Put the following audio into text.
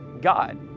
God